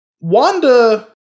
Wanda